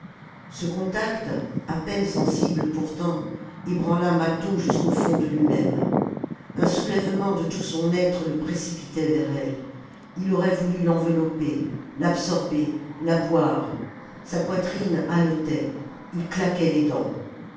ce contact à peine sensible pourtant ébranla mâtho jusqu'au fond de lui-même un soulèvement de tout son être le précipitait vers elle ii aurait voulu l'envelopper l'absorber la boire sa poitrine haletait il claquait des dents